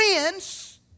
friends